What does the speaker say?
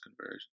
conversion